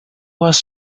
was